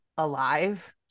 alive